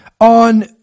on